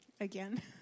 again